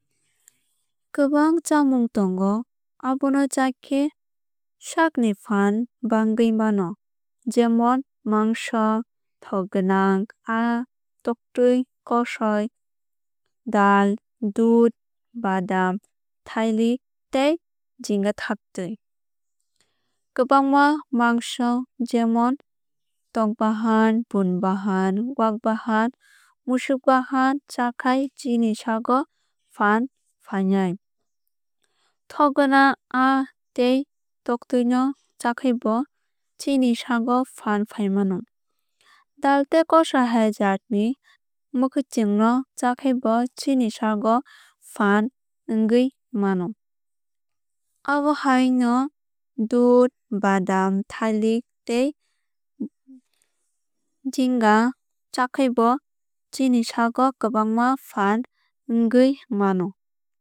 Kwbang chamung tongo abono chakhe sakni fan bangwui mano jemon mangso thokgwnang aa toktui kosoi dal dudh badam thailik tei jinga thaktwui. Kwbangma mangso jemon tok bahan pun bahan wak bahan mosuk bahan chakhai chini sago fan fainai. Thokgwnang aa tei toktui no chakhai bo chini sago fan fai mano. Dal tei kosoi hai jaat ni mwkhuitwng no chakhai bo chini sago fan ongwui mano. Abo haino dudh badam thailik tei jinga chakhai bo chini sago kwbangma fan ongoi mano.